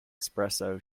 espresso